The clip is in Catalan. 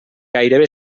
gairebé